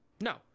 No